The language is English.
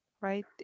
right